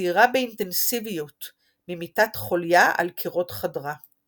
וציירה באינטנסיביות ממיטת חוליה על קירות חדרה.